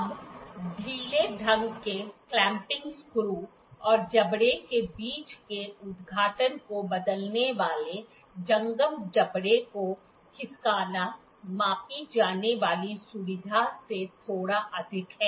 अब ढीले ढंग से क्लैंपिंग स्क्रू और जबड़े के बीच के उद्घाटन को बदलने वाले जंगम जबड़े को खिसकाना मापी जाने वाली सुविधा से थोड़ा अधिक है